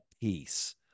peace